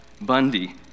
Bundy